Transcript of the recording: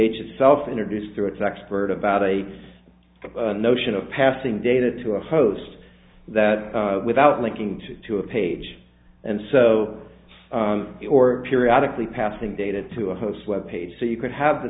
h itself introduced through its expert about a notion of passing data to a host that without linking to to a page and so he or periodically passing data to a hosts web page so you could have the